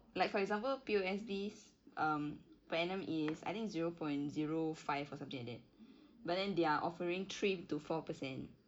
like for example P_O_S_B's um per annum is I think zero point zero five or something like that but then they're offering three to four percent